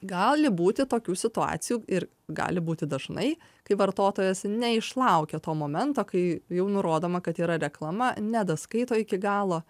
gali būti tokių situacijų ir gali būti dažnai kai vartotojas neišlaukia to momento kai jau nurodoma kad yra reklama nedaskaito iki galo